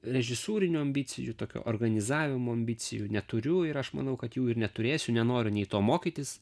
režisūrinių ambicijų tokio organizavimo ambicijų neturiu ir aš manau kad jų ir neturėsiu nenoriu nei to mokytis